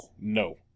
No